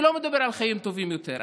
אני לא מדבר על חיים טובים יותר,